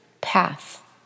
path